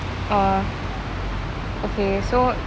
uh okay so